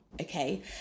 okay